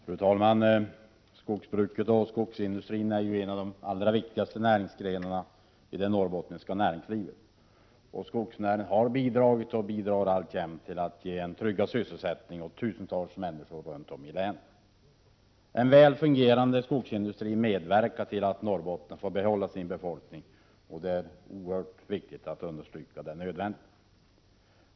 Fru talman! Skogsbruket och skogsindustrin är ju en av de allra viktigaste delarna av det norrbottniska näringslivet. Skogsnäringen har bidragit, och bidrar alltjämt, till att ge tryggad sysselsättning åt tusentals människor runt om i länet. En väl fungerande skogsindustri medverkar till att Norrbotten får behålla sin befolkning — och det är oerhört viktigt att understryka att det är nödvändigt.